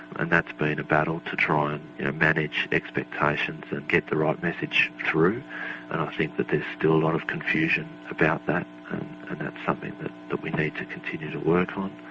and that's been a battle to try and and manage expectations and get the right message through, and i think that there's still a lot of confusion about that, and that's something that that we need to continue to work on.